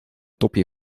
topje